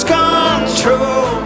control